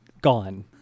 gone